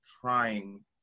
trying